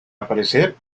aparecer